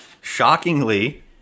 Shockingly